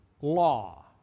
law